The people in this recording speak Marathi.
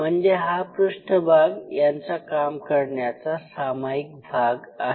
म्हणजे हा पृष्ठभाग यांचा काम करण्याचा सामायिक भाग आहे